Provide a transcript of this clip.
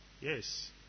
Yes